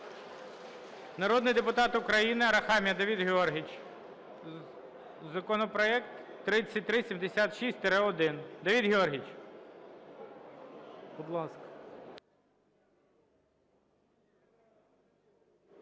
Народний депутат України Арахамія Давид Георгійович. Законопроект 3376-1. Давиде Георгійовичу, будь ласка.